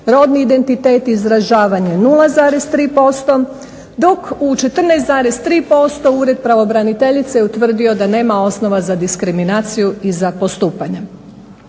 rodni identitet i izražavanje 0,3% dok u 14,3% Ured pravobraniteljice je utvrdio da nema osnova za diskriminaciju i za postupanje.